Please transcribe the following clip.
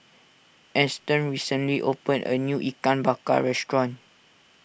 Eston recently opened a new Ikan Bakar restaurant